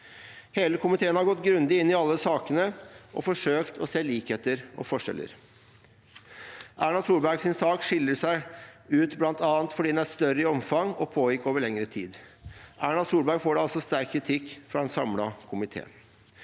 Hele komiteen har gått grundig inn i alle sakene og forsøkt å se på likheter og forskjeller. Erna Solbergs sak skiller seg ut bl.a. fordi den er større i omfang og pågikk over lengre tid. Erna Solberg får da også sterk kritikk fra en samlet komité.